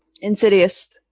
Insidious